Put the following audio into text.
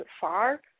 far